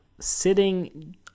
sitting